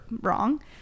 wrong